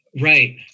Right